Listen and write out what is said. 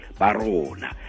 barona